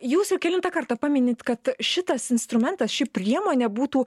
jūs jau kelintą kartą paminit kad šitas instrumentas ši priemonė būtų